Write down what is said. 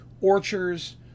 orchards